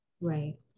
Right